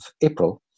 April